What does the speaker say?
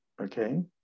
okay